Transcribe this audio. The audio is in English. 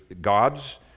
God's